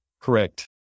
Correct